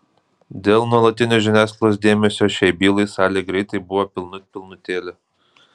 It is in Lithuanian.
dėl nuolatinio žiniasklaidos dėmesio šiai bylai salė greitai buvo pilnut pilnutėlė